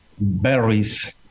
berries